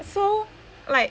so like